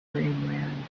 dreamland